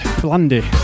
Blandy